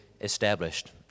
established